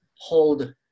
hold